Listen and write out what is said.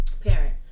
parent